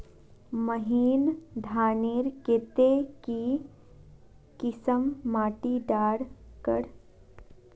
महीन धानेर केते की किसम माटी डार कर?